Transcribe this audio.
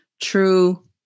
true